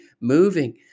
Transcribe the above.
moving